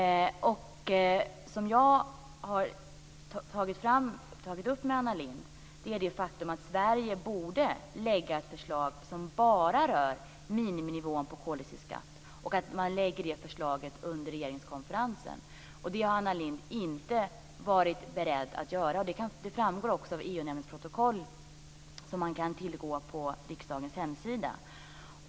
Jag har med Anna Lindh tagit upp det faktum att Sverige borde lägga fram ett förslag som bara rör miniminivån på koldioxidskatt och att det förslaget läggs under regeringskonferensen. Det har Anna Lindh inte varit beredd till, vilket också framgår av EU-nämndens protokoll som finns att tillgå på riksdagens hemsida.